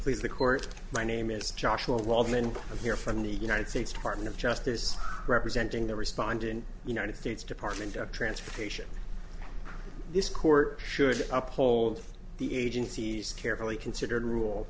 please the court my name is joshua lawman here from the united states department of justice representing the respondent united states department of transportation this court should uphold the agency's carefully considered rule